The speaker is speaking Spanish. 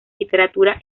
literatura